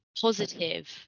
positive